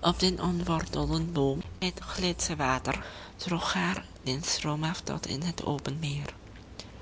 op den ontwortelden boom het gletscherwater droeg haar den stroom af tot in het open